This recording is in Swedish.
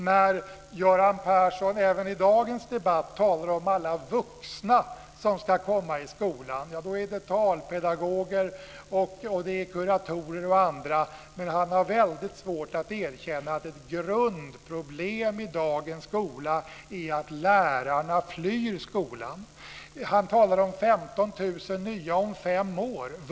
När Göran Persson även i dagens debatt talar om alla vuxna som ska komma i skolan är det talpedagoger, kuratorer och andra. Men han har väldigt svårt att erkänna att ett grundproblem i dagens skola är att lärarna flyr skolan. Han talar om 15 000 nya vuxna om fem år.